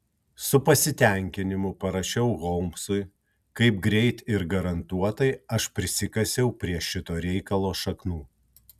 su pasitenkinimu parašiau holmsui kaip greit ir garantuotai aš prisikasiau prie šito reikalo šaknų